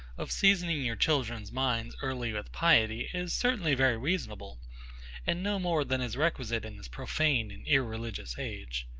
of seasoning your children's minds early with piety, is certainly very reasonable and no more than is requisite in this profane and irreligious age.